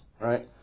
Right